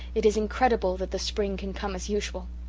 it is incredible that the spring can come as usual.